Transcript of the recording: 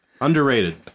Underrated